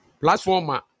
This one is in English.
Platformer